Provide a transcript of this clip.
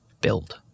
build